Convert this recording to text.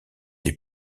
les